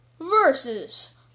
versus